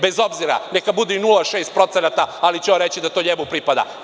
Bez obzira, neka bude i 0,6%, ali će on reći da to njemu pripada.